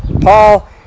Paul